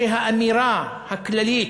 שהאמירה הכללית